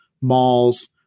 malls